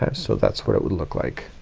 um so that's what it would look like.